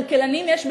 כלכלנים יש בשפע,